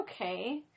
okay